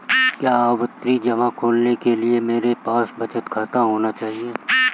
क्या आवर्ती जमा खोलने के लिए मेरे पास बचत खाता होना चाहिए?